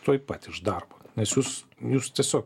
tuoj pat iš darbo nes jūs jūs tiesiog